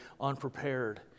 unprepared